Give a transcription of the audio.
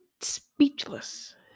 speechless